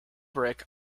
brick